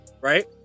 right